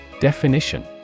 definition